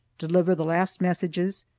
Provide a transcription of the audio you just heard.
deliver the last messages,